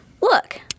Look